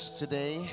today